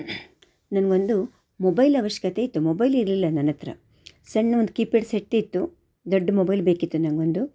ನನಗೆ ಒಂದು ಮೊಬೈಲ್ ಅವಶ್ಯಕತೆ ಇತ್ತು ಮೊಬೈಲ್ ಇರಲಿಲ್ಲ ನನ್ನ ಹತ್ತಿರ ಸಣ್ಣ ಒಂದು ಕೀಪ್ಯಾಡ್ ಸೆಟ್ ಇತ್ತು ದೊಡ್ಡ ಮೊಬೈಲ್ ಬೇಕಿತ್ತು ನನಗೊಂದು